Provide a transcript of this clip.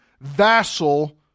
vassal